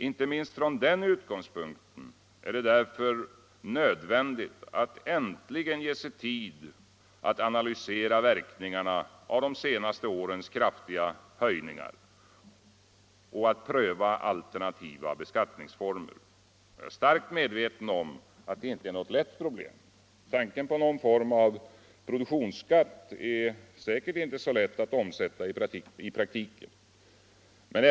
Inte minst från den utgångspunkten är det därför nödvändigt att äntligen ge sig tid att analysera verkningarna av de senaste årens kraftiga höjningar och pröva alternativa beskattningsformer. Jag är starkt medveten om att detta inte är något lätt problem: tanken på någon form av ”produktionsskatt” är säkert inte så lätt att omsätta i praktiken.